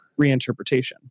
reinterpretation